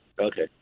Okay